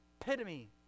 epitome